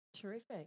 Terrific